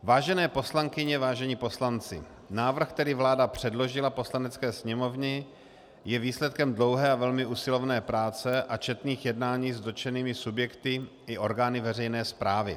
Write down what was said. Vážené poslankyně, vážení poslanci, návrh, který vláda předložila Poslanecké sněmovně, je výsledkem dlouhé a velmi usilovné práce a četných jednání s dotčenými subjekty i orgány veřejné správy.